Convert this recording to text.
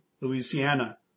Louisiana